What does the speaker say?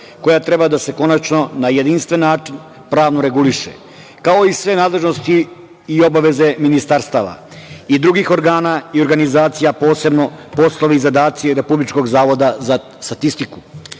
koja treba da se konačno na jedinstven način pravno reguliše, kao i sve nadležnosti i obaveze ministarstava i drugih organa i organizacija, a posebno poslovi i zadaci Republičkog zavoda za statistiku,